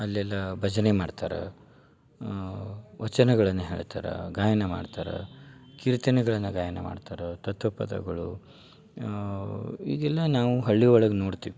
ಅಲ್ಲೆಲ್ಲ ಭಜನೆ ಮಾಡ್ತಾರೆ ವಚನಗಳನ್ನು ಹೇಳ್ತಾರೆ ಗಾಯನ ಮಾಡ್ತಾರೆ ಕೀರ್ತನೆಗಳನ್ನು ಗಾಯನ ಮಾಡ್ತಾರೆ ತತ್ವಪದಗಳು ಈಗೆಲ್ಲ ನಾವು ಹಳ್ಳಿ ಒಳಗೆ ನೋಡ್ತೀವಿ